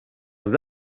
aux